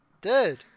Dude